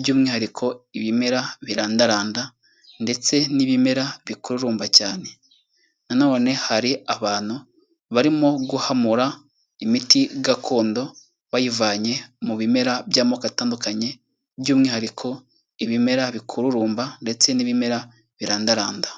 by'umwihariko ibimera birandaranda ndetse n'ibimera bikururumba cyane, na none hari abantu barimo guhamura imiti gakondo bayivanye mu bimera by'amoko atandukanye by'umwihariko ibimera bikururumba ndetse n'ibimera birandaranda.